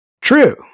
true